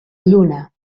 lluna